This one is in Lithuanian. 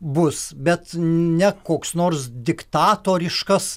bus bet ne koks nors diktatoriškas